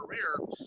career